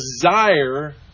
desire